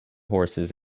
horses